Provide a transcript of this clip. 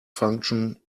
function